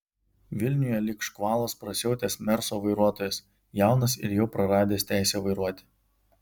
vilniuje lyg škvalas prasiautęs merso vairuotojas jaunas ir jau praradęs teisę vairuoti